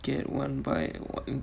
get one by one